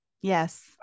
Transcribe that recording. Yes